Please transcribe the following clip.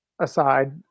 aside